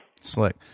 Slick